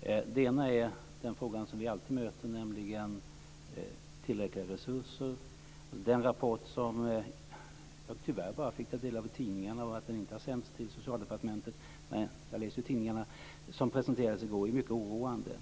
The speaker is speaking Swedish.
Den ena är den fråga som vi alltid möter, nämligen om resurserna är tillräckliga. Den rapport - som jag tyvärr bara fick del av i tidningarna eftersom den inte har sänts till Socialdepartementet, men jag läser ju tidningarna - som presenteras i går är mycket oroande.